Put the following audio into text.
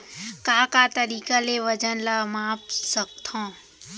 का का तरीक़ा ले वजन ला माप सकथो?